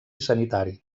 sanitari